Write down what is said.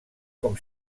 com